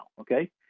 okay